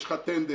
יש לך טנדר,